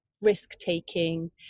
risk-taking